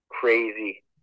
Crazy